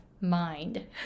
mind